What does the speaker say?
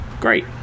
great